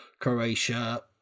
Croatia